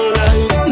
right